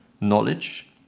knowledge